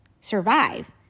survive